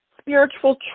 spiritual